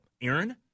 Aaron